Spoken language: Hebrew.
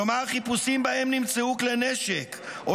כלומר חיפושים שבהם נמצאו כלי נשק או